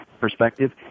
perspective